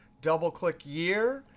double click year,